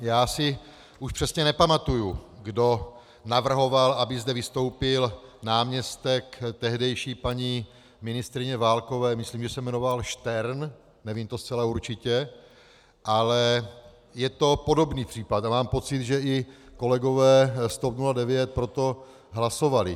Já si už přesně nepamatuji, kdo navrhoval, aby zde vystoupil náměstek tehdejší paní ministryně Válkové, myslím, že se jmenoval Štern, nevím to zcela určitě, ale je to podobný případ a mám pocit, že i kolegové z TOP 09 pro to hlasovali.